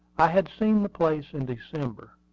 i had seen the place in december,